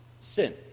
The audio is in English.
sin